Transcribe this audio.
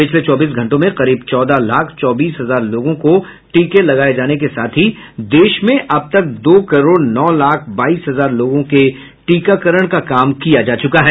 पिछले चौबीस घंटों में करीब चौदह लाख चौबीस हजार लोगों को टीके लगाये जाने के साथ ही देश में अब तक दो करोड़ नौ लाख बाईस हजार लोगों के टीकाकरण का काम किया जा चुका है